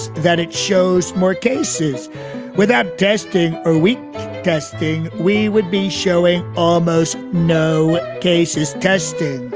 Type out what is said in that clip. that it shows more cases without testing or weak testing. we would be showing almost no cases tested.